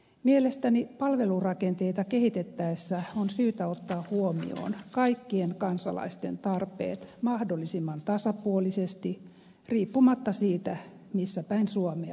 mielestäni palvelurakenteita kehitettäessä on syytä ottaa huomioon kaikkien kansalaisten tarpeet mahdollisimman tasapuolisesti riippumatta siitä missä päin suomea he asuvat